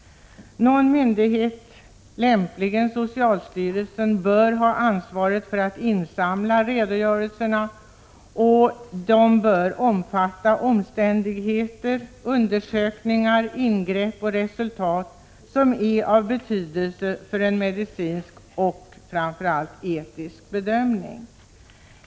Någon myndighet, lämpligen socialstyrelsen, bör ha ansvaret för att insamla redogörelserna. De bör omfatta omständigheter, undersökningar, ingrepp och resultat som är av betydelse för en medicinsk och framför allt etisk bedömning.